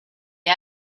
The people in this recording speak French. est